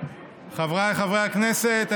חבריי חברי הכנסת,